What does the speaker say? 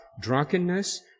drunkenness